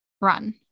run